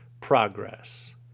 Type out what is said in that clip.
progress